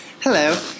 hello